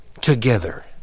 together